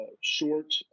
short